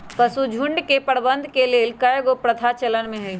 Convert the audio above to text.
पशुझुण्ड के प्रबंधन के लेल कएगो प्रथा चलन में हइ